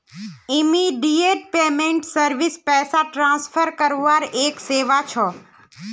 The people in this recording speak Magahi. इमीडियेट पेमेंट सर्विस पैसा ट्रांसफर करवार एक सेवा छ